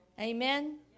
Amen